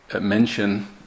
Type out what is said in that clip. mention